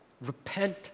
Repent